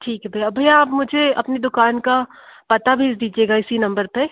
ठीक है भैया भैया आप मुझे अपनी दुकान का पता भेज दीजिएगा इसी नंबर पर